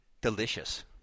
Delicious